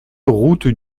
route